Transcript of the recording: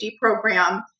program